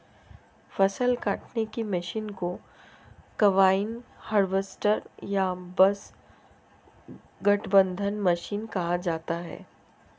फ़सल काटने की मशीन को कंबाइन हार्वेस्टर या बस गठबंधन मशीन कहा जाता है